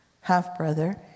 half-brother